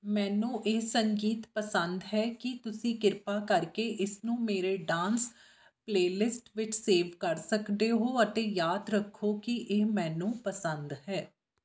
ਮੈਨੂੰ ਇਹ ਸੰਗੀਤ ਪਸੰਦ ਹੈ ਕੀ ਤੁਸੀਂ ਕਿਰਪਾ ਕਰਕੇ ਇਸਨੂੰ ਮੇਰੇ ਡਾਂਸ ਪਲੇਲਿਸਟ ਵਿੱਚ ਸੇਵ ਕਰ ਸਕਦੇ ਹੋ ਅਤੇ ਯਾਦ ਰੱਖੋ ਕਿ ਇਹ ਮੈਨੂੰ ਪਸੰਦ ਹੈ